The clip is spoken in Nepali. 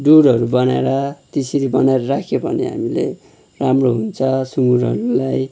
डुवरहरू बनाएर त्यसरी बनाएर राख्यो भने हामीले राम्रो हुन्छ सुँगुरहरूलाई